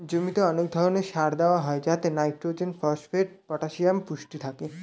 জমিতে অনেক ধরণের সার দেওয়া হয় যাতে নাইট্রোজেন, ফসফেট, পটাসিয়াম পুষ্টি থাকে